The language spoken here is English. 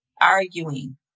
arguing